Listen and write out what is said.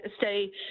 say